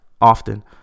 often